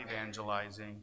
evangelizing